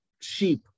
sheep